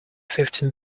fifteen